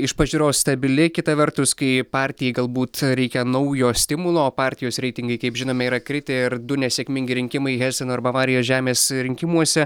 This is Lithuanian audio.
iš pažiūros stabili kita vertus kai partijai galbūt reikia naujo stimulo o partijos reitingai kaip žinome yra kritę ir du nesėkmingi rinkimai heseno ir bavarijos žemės rinkimuose